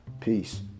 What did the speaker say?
Peace